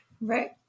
Right